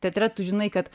teatre tu žinai kad